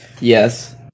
Yes